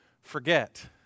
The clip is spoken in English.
forget